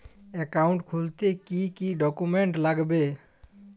Account খুলতে কি কি ডকুমেন্ট লাগবে?